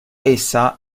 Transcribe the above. essa